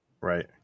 Right